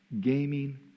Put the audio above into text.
gaming